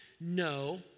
No